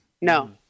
No